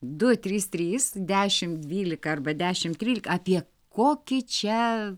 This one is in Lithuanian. du trys trys dešim dvylika arba dešim trylika apie kokį čia